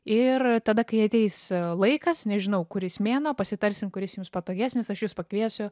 ir tada kai ateis laikas nežinau kuris mėnuo pasitarsim kuris jums patogesnis aš jus pakviesiu